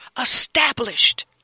established